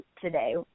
today